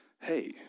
hey